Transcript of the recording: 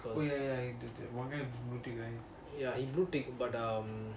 oh ya ya ya one guy blue tick guy